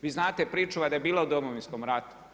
Vi znate, pričuva da je bila u Domovinskom ratu.